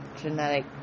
genetic